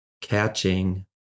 catching